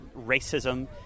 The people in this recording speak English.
racism